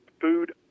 food